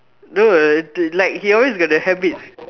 no did like he always got the habit